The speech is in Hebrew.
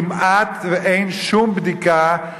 כמעט אין שום בדיקה,